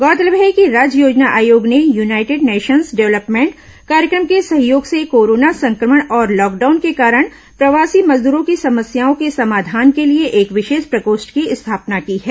गौरतलब है कि राज्य योजना आयोग ने यूनाईटेड नेशंस डेव्हलपमेंट कार्यक्रम के सहयोग से कोरोना संक्रमण और लॉकडाउन के कारण प्रवासी मजदूरों की समस्याओं के समाधान के लिए एक विशेष प्रकोष्ठ की स्थापना की है